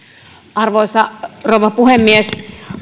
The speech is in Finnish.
arvoisa rouva puhemies